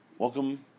Welcome